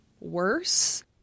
worse